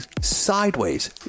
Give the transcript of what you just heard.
sideways